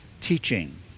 Teaching